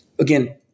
Again